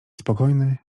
spokojny